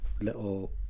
little